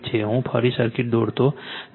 હું ફરી સર્કિટ દોરતો નથી